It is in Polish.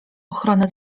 ochronę